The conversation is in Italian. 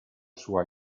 sua